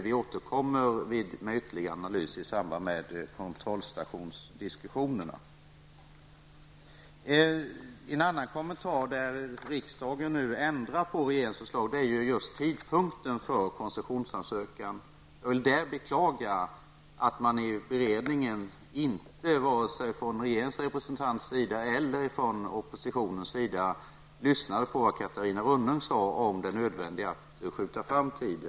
Vi återkommer med ytterligare analys i samband med kontrollstationsdiskussionerna. En annan kommentar: Riksdagen ändrar regeringsförslaget när det gäller tidpunkten för koncession. Jag vill beklaga att man i beredningen inte, vare sig från regeringens representant eller från oppositionen, lyssnade på vad Catarina Rönnung sade om det nödvändiga i att skjuta fram tiden.